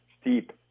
steep